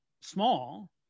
small